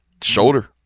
Shoulder